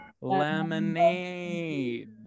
lemonade